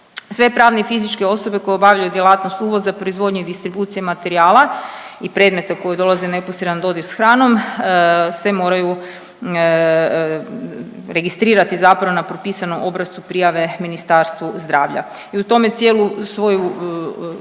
Sve pravne i fizičke osobe koje obavljaju djelatnost uvoza, proizvodnje i distribucije materijala i predmeta koje dolaze u neposredan dodir s hranom se moraju registrirati zapravo na propisanom obrascu prijave Ministarstvu zdravlja. I u tome cijelu svoju